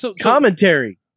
Commentary